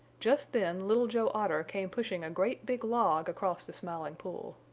just then little joe otter came pushing a great big log across the smiling pool.